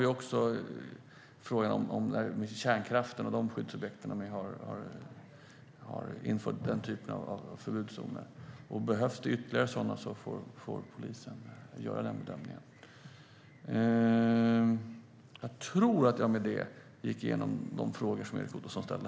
Sedan har vi frågan om kärnkraften och de skyddsobjekten, där vi har infört förbudszoner. Bedömningen av om ytterligare sådana behövs får polisen göra. Jag tror att jag med det har gått igenom de frågor som Erik Ottoson ställde.